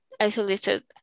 isolated